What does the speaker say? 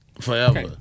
forever